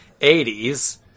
80s